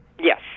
Yes